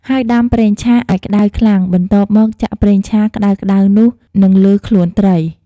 ហើយដាំប្រេងឆាឲ្យក្ដៅខ្លាំង បន្ទាប់មក ចាក់ប្រេងឆាក្ដៅៗនោះ និងលើខ្លួនត្រី។